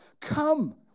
Come